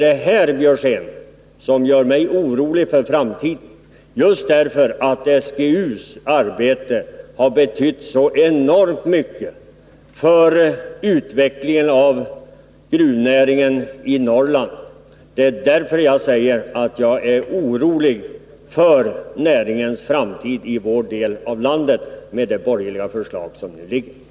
Detta gör mig, Karl Björzén, orolig inför framtiden. SGU:s arbete har nämligen betytt oerhört mycket för utvecklingen av gruvnäringen i Norrland. Det finns också anledning att vara orolig för näringens framtid i vår del av landet med det borgerliga förslag som nu är framlagt.